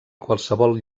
qualsevol